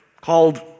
called